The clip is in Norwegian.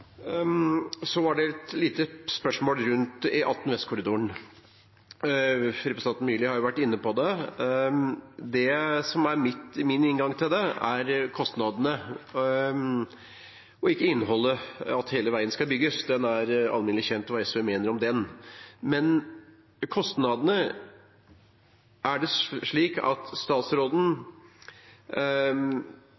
så det er blant dei tinga vi må sjå på i den evalueringa som vi har varsla vi skal gjere av denne ordninga. Et lite spørsmål om E18 Vestkorridoren: Representanten Myrli har vært inne på dette, men det som er min inngang til det, er kostnadene og ikke innholdet, at hele veien skal bygges, for det er alminnelig kjent hva SV mener om